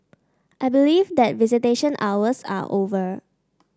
I believe that visitation hours are over